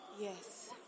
Yes